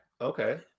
Okay